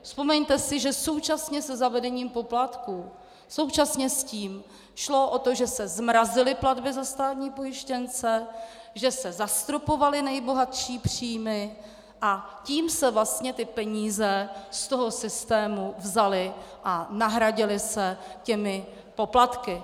Vzpomeňte si, že současně se zavedením poplatků, současně s tím šlo o to, že se zmrazily platby za státní pojištěnce, že se zastropovaly nejbohatší příjmy, a tím se vlastně peníze z toho systému vzaly a nahradily se těmi poplatky.